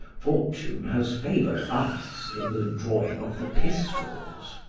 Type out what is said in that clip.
fortune has favored us in the drawing of the pistols.